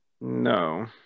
No